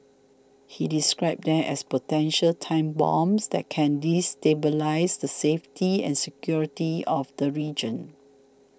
he described them as potential time bombs that can destabilise the safety and security of the region